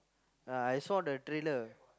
ya I saw the trailer